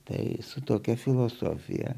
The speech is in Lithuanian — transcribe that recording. tai su tokia filosofija